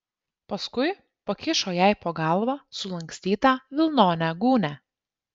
paskui pakišo jai po galva sulankstytą vilnonę gūnią